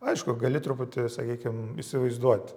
aišku gali truputį sakykim įsivaizduot